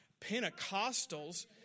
Pentecostals